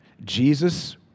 Jesus